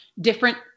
different